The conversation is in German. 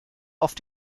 auf